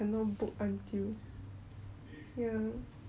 probably err I don't know